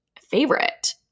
favorite